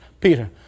Peter